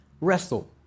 Wrestle